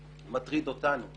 מטריד אותנו,